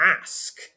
ask